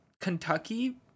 Kentucky